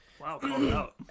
Wow